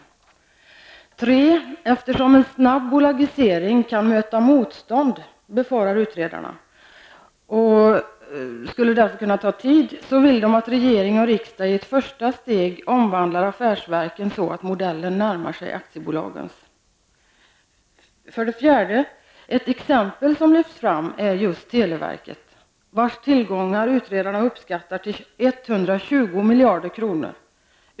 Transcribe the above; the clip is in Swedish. Eftersom utredarna befarar att en snabb bolagisering kan möta motstånd och detta därför skulle kunna ta tid, vill de för det tredje att regering och riksdag i ett första steg skall omvandla affärsverken så att modellen närmar sig aktiebolagens. För det fjärde är ett exempel som lyfts fram är just televerket, vars tillgångar utredarna uppskattar till 120 miljarder kronor.